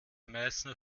meißner